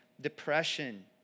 depression